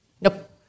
nope